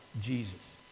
Jesus